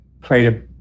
played